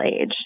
age